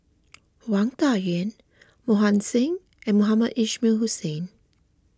Wang Dayuan Mohan Singh and Mohamed Ismail Hussain